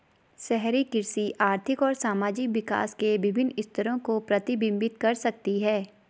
शहरी कृषि आर्थिक और सामाजिक विकास के विभिन्न स्तरों को प्रतिबिंबित कर सकती है